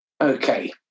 Okay